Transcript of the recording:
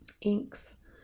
inks